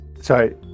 sorry